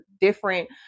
different